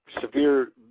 severe